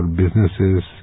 businesses